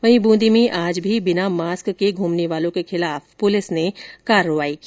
वहीं बूंदी में आज भी बिना मास्क के घूमने वालों के खिलाफ पुलिस ने कार्रवाई की